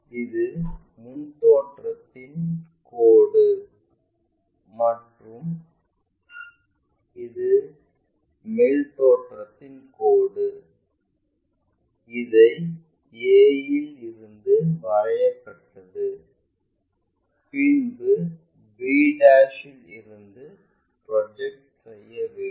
இது முன் தோற்றத்தின் கோடு மற்றும் இது மேல் தோற்றத்தின் கோடு இதை a இல் இருந்து வரையப்பட்டது பின்பு b இல் இருந்து ப்ரொஜெக்ட் செய்ய வேண்டும்